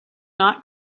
not